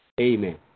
Amen